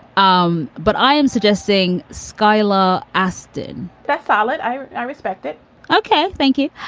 um but i am suggesting skylar astin bartholet i respect it ok, thank you.